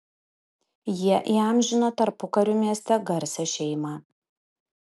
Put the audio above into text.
jie įamžino tarpukariu mieste garsią šeimą